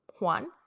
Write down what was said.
Juan